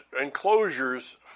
enclosures